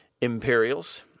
Imperials